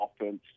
offense